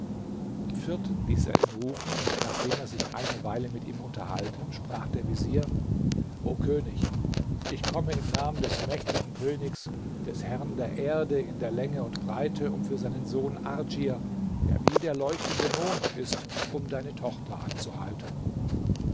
am vierten ließ er ihn rufen und nachdem er sich eine weile mit ihm unterhalten sprach der vezier o könig ich komme im namen des mächtigen königs des herrn der erde in der länge und breite um für seinen sohn ardschir der wie der leuchtende mond ist um deine tochter anzuhalten